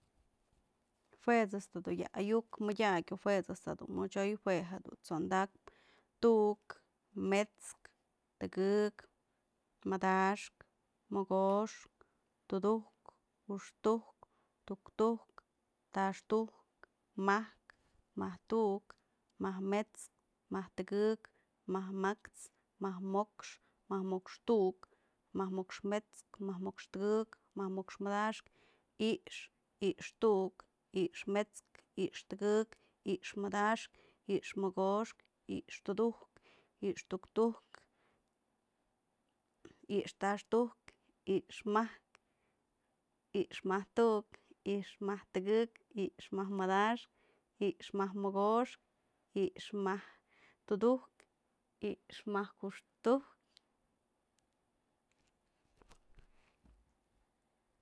Jue ëjt's da dun ayu'uk mëdyakyë o jue da ëjt's mochoy, jue jedun t'sondakpë, tu'uk, mets'kë, tëkëk, madaxkë, mokoxkë, tudujkë, juxtujkë, tuktujk, taxtujk, majkë, majk tu'uk, majk mets'kë, majk tëgëk, majk ma'ax, majk mo'ox, majk mo'ox tu'uk, majk mo'ox mets'kë, majk mo'ox tëkëk, majk mo'ox madaxkë, i'ixë, i'ixë tu'uk, i'ixë mets'kë, i'ixë tëkëk, i'ixë madaxkë, i'ixëmogoxkë, i'ixë tudujkë, i'ixë tuktujk, i'ixë taxtujk, i'ixë majkë, i'ixë majkë tu'uk, i'ixë majkë tu'uk tëkëk, i'ixë majkë madaxkë, i'ixë majkë mokoxkë, i'ixë majkë tudujkë, i'ixë majkë juxtujkë.